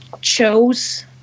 chose